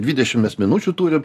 dvidešim mes minučių turim